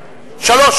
שלוש.